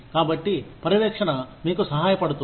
కాబట్టి పర్యవేక్షణ మీకు సహాయపడుతుంది